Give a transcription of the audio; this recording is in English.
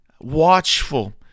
watchful